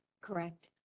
Correct